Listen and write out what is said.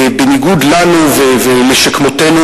בניגוד לנו ולשכמותנו,